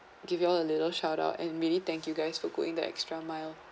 give you all a little shout out and really thank you guys for going the extra mile